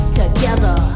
together